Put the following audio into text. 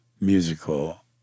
musical